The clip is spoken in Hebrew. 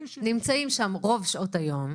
נמצאים שם רוב שעות היום.